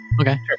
Okay